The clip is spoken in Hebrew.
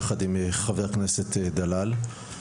יחד עם חבר הכנסת דלל.